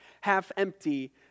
half-empty